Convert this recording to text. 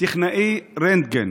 טכנאי רנטגן